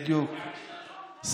בדיוק.